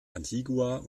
antigua